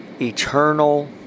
eternal